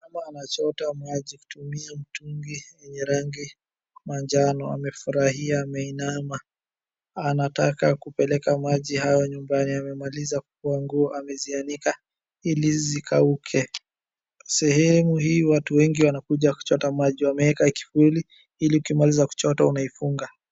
mama anchota maji kutumia mtungi yenye rangi manjano amefurahia ameinama anataka kupeleka maji hayo nyumbani amemaliza kufua nguo amezianika ili zikauke sehemu hii watu wengi wanakuja kuchota maji wameeka kifuli ili ukimaliza kuichota unaifunga